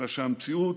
אלא שהמציאות,